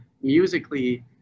musically